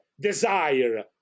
desire